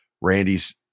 Randy's